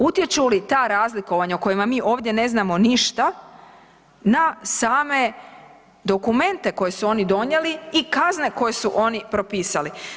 Utječu li ta razlikovanja o kojima mi ovdje ne znamo ništa na same dokumente koje su oni donijeli i kazne koje su oni propisali?